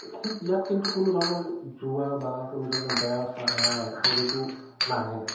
সেই ইয়াত কিন্তু কোনো ধৰণৰ জোৱা বা কোনো ধৰণৰ বেয়া ছাঁ হেৰিটো নাহে